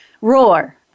Roar